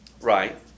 Right